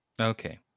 Okay